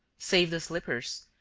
save the slippers,